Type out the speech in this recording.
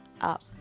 up